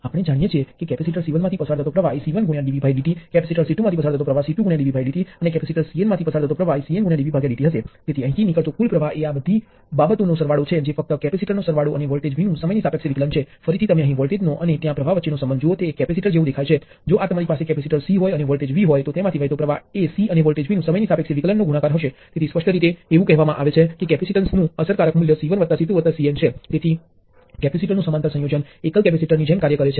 આપણે જાણીએ છીએ કે આ તરફ આપણી પાસે V વોલ્ટેજ જેટલું વોલ્ટેજ હશે અને તે તેના દ્વારા જે પ્રવાહ વહે છે તે ધ્યાનમાં લીધા વિના હશે કારણ કે વોલ્ટેજ સ્ત્રોત દ્વારા પ્ર્વાહ કંઈપણ હોઈ શકે છે અને આ પ્રવાહ વોલ્ટેજ સ્ત્રોત દ્વારા પ્રવાહ અને એલિમેન્ટ મા વહેતા પ્રવાહ સિવાય બીજું કંઈ નથી તે કંઈપણ હોઈ શકે છે